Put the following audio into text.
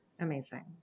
Amazing